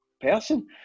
person